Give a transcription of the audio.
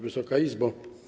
Wysoka Izbo!